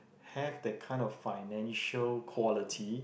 have that kind of financial quality